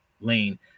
lane